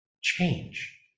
change